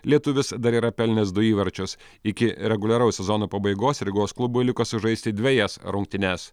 lietuvis dar yra pelnęs du įvarčius iki reguliaraus sezono pabaigos rygos klubui liko sužaisti dvejas rungtynes